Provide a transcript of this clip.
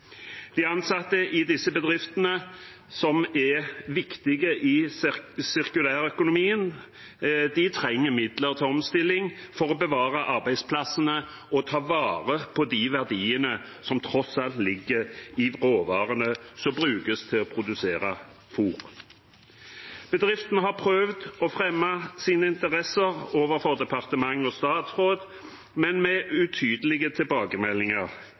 De ansatte i disse bedriftene, som er viktige i sirkulærøkonomien, trenger midler til omstilling for å bevare arbeidsplassene og ta vare på de verdiene som tross alt ligger i råvarene som brukes til å produsere fôr. Bedriftene har prøvd å fremme sine interesser overfor departement og statsråd, men har fått utydelige tilbakemeldinger.